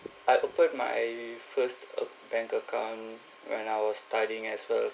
I opened my first uh bank account when I was studying as well